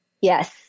Yes